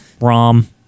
ROM